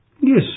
Yes